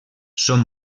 són